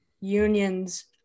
unions